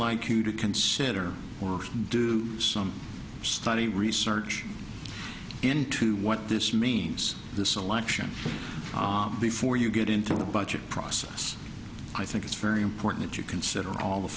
like you to consider or do some study research into what this means the selection before you get into the budget process i think it's very important to consider all the